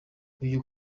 uyu